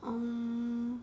um